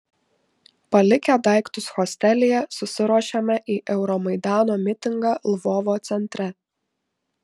palikę daiktus hostelyje susiruošėme į euromaidano mitingą lvovo centre